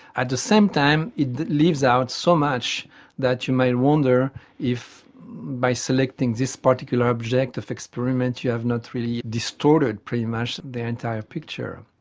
at the same time it leaves out so much that you might wonder if by selecting this particular object of experiment you have not really distorted pretty much the entire picture.